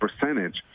percentage